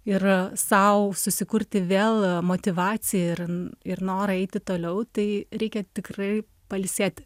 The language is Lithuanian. ir sau susikurti vėl motyvaciją ir ir norą eiti toliau tai reikia tikrai pailsėti